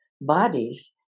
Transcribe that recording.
bodies